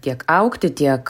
tiek augti tiek